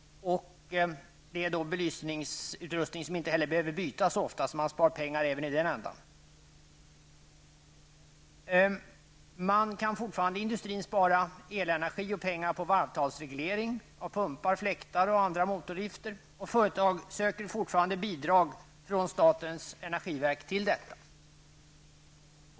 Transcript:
Det är också belysningsutrustning som inte behöver bytas så ofta. Man spar alltså pengar även på detta. Man kan fortfarande inom industrin spara elenergi och pengar på varvtalsreglering av pumpar, fläktar, m.m., och företag söker fortfarande bidrag från statens energiverk till detta.